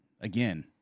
again